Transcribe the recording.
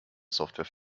software